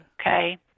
Okay